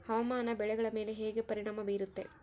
ಹವಾಮಾನ ಬೆಳೆಗಳ ಮೇಲೆ ಹೇಗೆ ಪರಿಣಾಮ ಬೇರುತ್ತೆ?